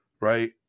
right